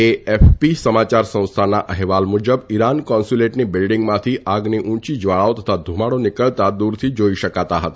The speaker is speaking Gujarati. એએફપી સમાયાર સંસ્થાના અહેવાલ મુજબ ઇરાન કોન્સ્યુલેટની બીલ્ડીંગમાંથી આગની ઉંચી જવાળાઓ અને ધુમાડો નીકળતા દુરથી જોઇ શકાતા હતા